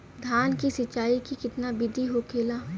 धान की सिंचाई की कितना बिदी होखेला?